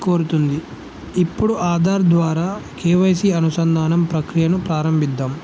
కోరుతుంది ఇప్పుడు ఆధార్ ద్వారా కేవైసి అనుసంధానం ప్రక్రియను ప్రారంభిద్దాం